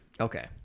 Okay